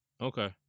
Okay